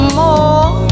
more